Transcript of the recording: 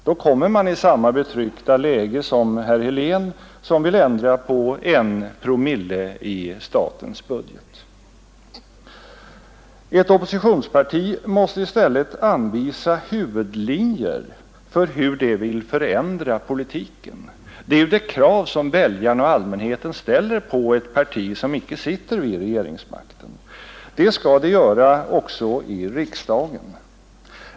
Då kommer man i samma betryckta läge som herr Helén, som vill ändra på en promille i statens budget. I stället måste ett oppositionsparti anvisa huvudlinjer för hur det vill förändra politiken. Det är ju det krav som väljarna och allmänheten ställer på ett parti som inte sitter vid regeringsmakten. Det skall partiet göra också i riksdagen.